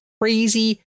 crazy